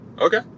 Okay